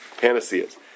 Panaceas